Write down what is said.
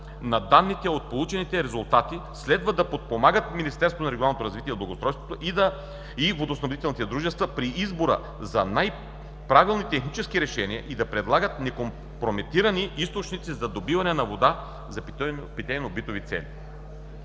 на данните от получените резултати, следва да подпомагат Министерството на регионалното развитите и благоустройството и водоснабдителните дружества при избора за най-правилните технически решения и да предлагат некомпрометирани източници за добиване на вода за питейно-битови цели;